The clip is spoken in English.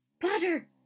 Butter